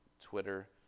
Twitter